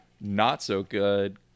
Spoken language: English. not-so-good